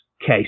case